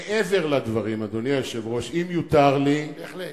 מעבר לדברים, אדוני היושב-ראש, אם יותר לי, בהחלט.